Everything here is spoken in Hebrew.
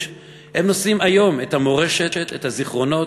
נושאים היום את המורשת ואת הזיכרונות,